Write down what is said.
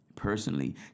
personally